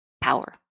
power